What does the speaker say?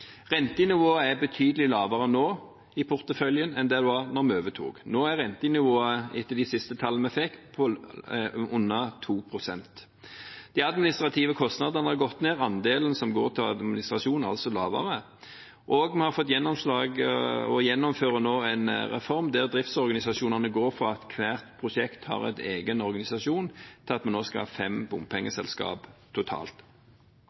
Rentenivået er betydelig lavere nå, i porteføljen, enn det var da vi overtok. Nå er rentenivået etter de siste tallene vi fikk, under 2 pst. De administrative kostnadene har gått ned, andelen som går til administrasjon, er altså lavere, og vi gjennomfører nå en reform der driftsorganisasjonene går fra at hvert prosjekt har en egen organisasjon, til at vi nå skal ha fem bompengeselskap totalt.